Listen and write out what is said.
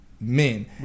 men